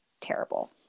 terrible